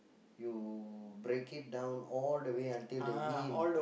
you break it down all the way until the in